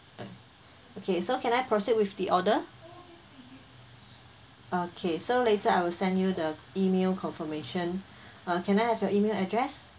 okay so can I proceed with the order okay so later I will send you the email confirmation or can I have your email address